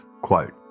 quote